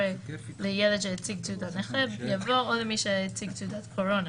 לילד שהציג תעודת נכה או למי שהציג תעודת קורונה.